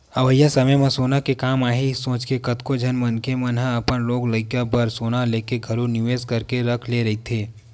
अवइया समे म सोना के काम आही सोचके कतको झन मनखे मन ह अपन लोग लइका बर सोना लेके घलो निवेस करके रख दे रहिथे